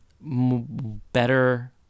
better